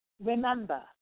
remember